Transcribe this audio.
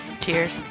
Cheers